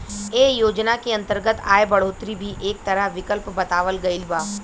ऐ योजना के अंतर्गत आय बढ़ोतरी भी एक तरह विकल्प बतावल गईल बा